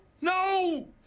No